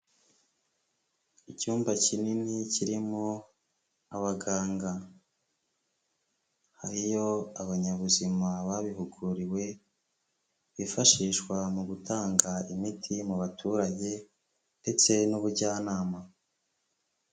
Icyumba kinini kirimo abaganga, iyo abanyabuzima babihuguriwe bifashishwa mu gutanga imiti mu baturage ndetse n'ubujyanama.